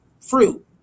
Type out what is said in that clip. fruit